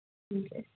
ठीक है